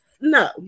no